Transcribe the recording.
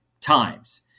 times